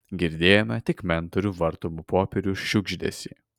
girdėjome tik mentorių vartomų popierių šiugždesį